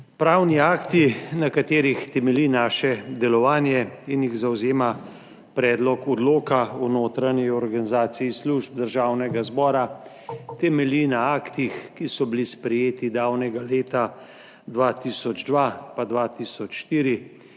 Pravni akti, na katerih temelji naše delovanje in jih zavzema Predlog odloka o notranji organizaciji služb Državnega zbora, temelji na aktih, ki so bili sprejeti davnega leta 2002 pa 2004.